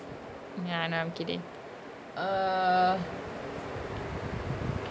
ya I know I'm kidding err